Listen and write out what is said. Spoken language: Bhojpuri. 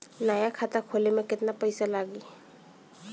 नया खाता खोले मे केतना पईसा लागि?